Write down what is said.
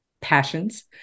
passions